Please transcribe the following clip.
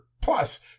plus